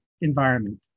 environment